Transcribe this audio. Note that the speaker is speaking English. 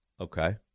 Okay